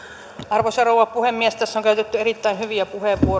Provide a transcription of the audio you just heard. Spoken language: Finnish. arvoisa rouva puhemies tässä on käytetty erittäin hyviä puheenvuoroja